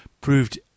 proved